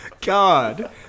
God